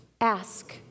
ask